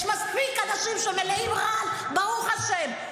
יש מספיק אנשים שמלאים רעל, ברוך השם.